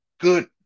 good